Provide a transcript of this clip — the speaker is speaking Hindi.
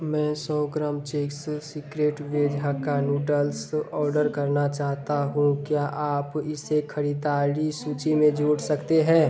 मैं सौ gram Ching's secret veg hakka noodles order करना चाहता हूँ क्या आप इसे खरीदारी सूची में जोड़ सकते हैं